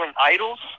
idols